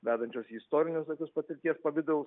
vedančios į istorinius tokius patirties pavidalus